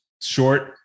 short